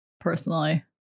personally